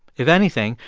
if anything,